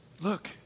Look